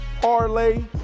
Parlay